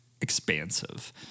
expansive